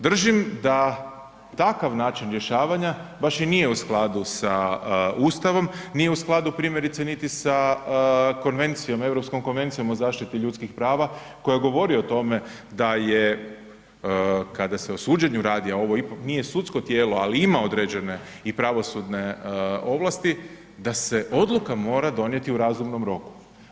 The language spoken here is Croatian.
Držim da takav način rješavanja baš i nije u skladu sa Ustavom, nije u skladu primjerice niti sa Konvencijom, Europskom konvencijom o zaštiti ljudskih prava koja govori o tome da je kada se o suđenju radi, a ovo ipak nije sudsko tijelo, ali ima određene i pravosudne ovlasti da se odluka mora donijeti u razumnom roku.